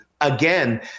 Again